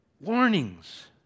Warnings